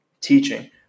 teaching